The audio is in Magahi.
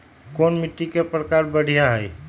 कोन मिट्टी के प्रकार बढ़िया हई?